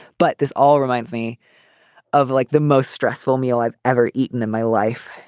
but this all reminds me of like the most stressful meal i've ever eaten in my life,